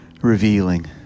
revealing